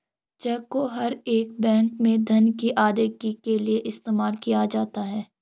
check को हर एक बैंक में धन की अदायगी के लिये इस्तेमाल किया जाता है